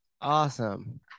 awesome